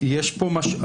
מה המשמעות?